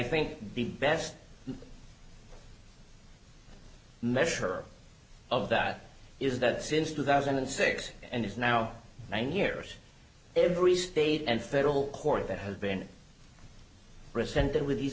think the best measure of that is that since two thousand and six and is now nine years every state and federal court that has been rescinded with these